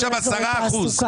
אחרות.